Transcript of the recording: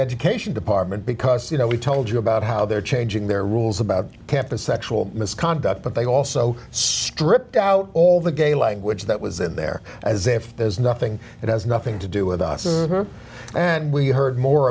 education department because you know we told you about how they're changing their rules about campus sexual misconduct but they also stripped out all the gay language that was in there as if there's nothing it has nothing to do with us and we heard more